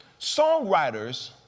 Songwriters